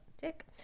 Dick